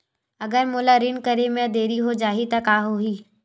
अगर मोला ऋण करे म देरी हो जाहि त का होही?